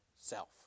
self